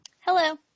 Hello